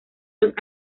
los